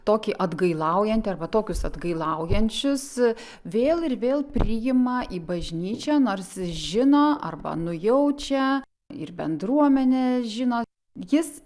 tokį atgailaujantį arba tokius atgailaujančius vėl ir vėl priima į bažnyčią nors žino arba nujaučia ir bendruomenė žino jis